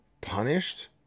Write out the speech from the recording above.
punished